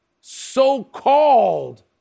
so-called